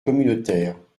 communautaire